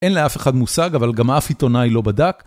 אין לאף אחד מושג אבל גם אף עיתונאי לא בדק.